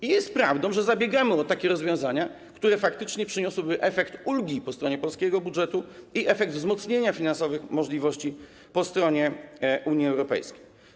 I jest prawdą, że zabiegamy o takie rozwiązania, które faktycznie przyniosłyby efekt ulgi po stronie polskiego budżetu i efekt wzmocnienia finansowych możliwości po stronie Unii Europejskiej.